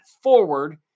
forward